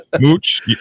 Mooch